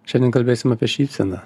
šiandien kalbėsim apie šypseną